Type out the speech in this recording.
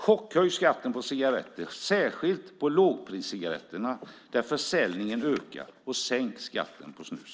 Chockhöj skatten på cigaretter, särskilt på lågpriscigaretter där försäljningen ökar, och sänk skatten på snus.